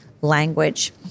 language